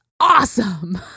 awesome